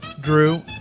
Drew